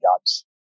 jobs